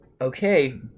okay